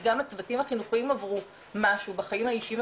כי גם הצוותים החינוכיים עברו משהו בחיים האישיים,